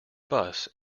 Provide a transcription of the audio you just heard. bus